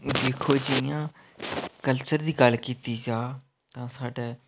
दिक्खो जि'यां कल्चर दी गल्ल कीती जा ते साढ़े